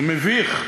כבר מביך.